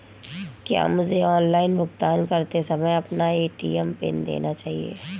क्या मुझे ऑनलाइन भुगतान करते समय अपना ए.टी.एम पिन देना चाहिए?